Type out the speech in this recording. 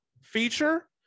feature